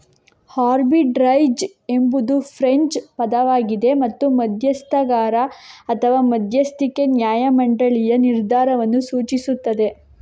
arbitrage ಎಂಬುದು French ಪದವಾಗಿದೆ ಮತ್ತು ಮಧ್ಯಸ್ಥಗಾರ ಅಥವಾ ಮಧ್ಯಸ್ಥಿಕೆ ನ್ಯಾಯ ಮಂಡಳಿಯ ನಿರ್ಧಾರವನ್ನು ಸೂಚಿಸುತ್ತದೆ